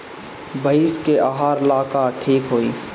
भइस के आहार ला का ठिक होई?